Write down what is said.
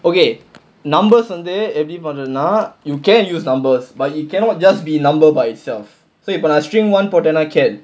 okay numbers வந்து எப்படி பண்றதுன்னா:vanthu eppadi pandrathunaa you can use numbers but you cannot just be number by itself so you can string போட்டேனா:pottaenaa